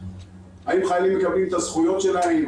האם חיילים מקבלים את הזכויות שלהם,